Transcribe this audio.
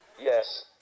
Yes